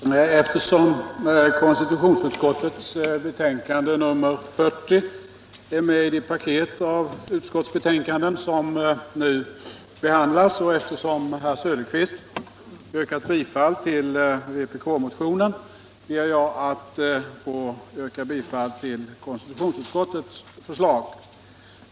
Herr talman! Eftersom konstitutionsutskottets betänkande nr 40 är med i det paket av utskottsbetänkanden som nu behandlas och eftersom herr Söderqvist yrkat bifall till vpk-motionen ber jag att få yrka bifall till konstitutionsutskottets hemställan.